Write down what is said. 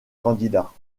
candidats